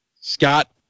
Scott